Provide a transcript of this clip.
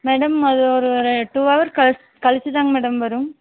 madam அது ஒரு two hour கழிச் கழித்துதாங்க மேடம் வரும்